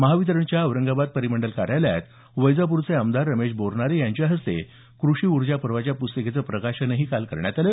महावितरणच्या औरंगाबाद परिमंडल कार्यालयात वैजापूरचे आमदार रमेश बोरनारे यांच्या हस्ते क्रषी ऊर्जा पर्वाच्या पुस्तिकेचं प्रकाशनही काल करण्यात आलं